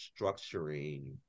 structuring